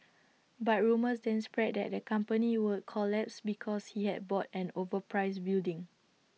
but rumours then spread that the company would collapse because he had bought an overpriced building